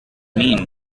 mean